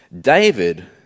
David